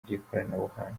by’ikoranabuhanga